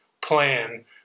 plan